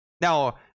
now